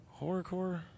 Horrorcore